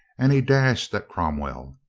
and he dashed at cromwell.